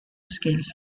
scales